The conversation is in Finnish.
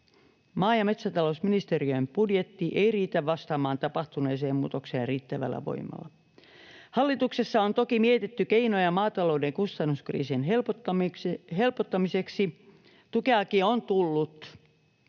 Maa- ja metsätalousministeriön budjetti ei riitä vastaamaan tapahtuneeseen muutokseen riittävällä voimalla. Hallituksessa on toki mietitty keinoja maatalouden kustannuskriisin helpottamiseksi. Tukeakin on tullut,